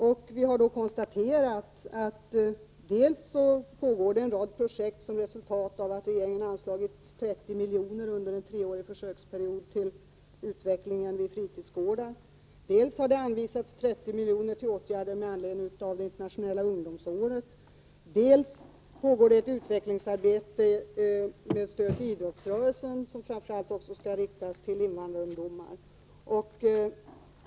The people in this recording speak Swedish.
Vi har då konstaterat dels att en rad projekt har startats som ett resultat av att regeringen anslagit 30 miljoner under en treårig försöksperiod till utvecklingen av fritidsgårdar, dels att 30 miljoner avsatts till åtgärder med anledning av det internationella ungdomsåret, dels att det pågår ett utvecklingsarbete som också innebär ett stöd till idrottsrörelsen, vilket framför allt är avsett för invandrarungdomar.